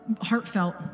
heartfelt